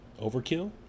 overkill